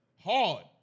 hard